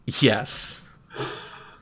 Yes